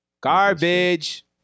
Garbage